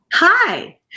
Hi